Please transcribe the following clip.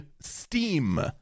Steam